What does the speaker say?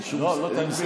לא תגביל אותי?